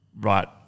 right